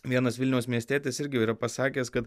vienas vilniaus miestietis irgi yra pasakęs kad